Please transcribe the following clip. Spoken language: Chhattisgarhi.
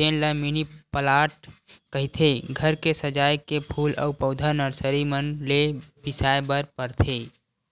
तेन ल मिनी पलांट कहिथे, घर के सजाए के फूल अउ पउधा नरसरी मन ले बिसाय बर परथे